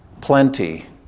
plenty